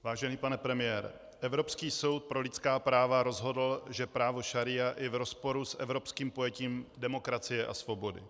Vážený pane premiére, Evropský soud pro lidská práva rozhodl, že právo šaría je v rozporu s evropským pojetím demokracie a svobody.